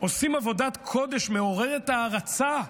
עושים עבודת קודש מעוררת הערצה,